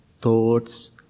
thoughts